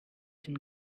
den